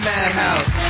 Madhouse